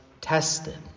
tested